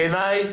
בעיניי,